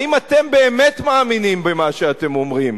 האם אתם באמת מאמינים במה שאתם אומרים?